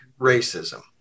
racism